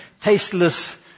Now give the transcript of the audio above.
tasteless